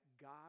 God